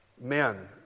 Men